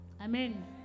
Amen